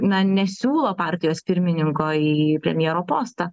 na nesiūlo partijos pirmininko į premjero postą